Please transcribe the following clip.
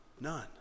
none